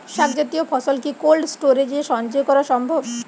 শাক জাতীয় ফসল কি কোল্ড স্টোরেজে সঞ্চয় করা সম্ভব?